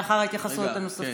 לאחר ההתייחסויות הנוספות.